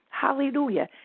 Hallelujah